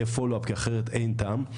יהיה follow up, כי אחרת אין טעם.